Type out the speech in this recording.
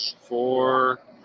four